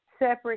separate